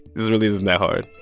this really isn't that hard.